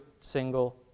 single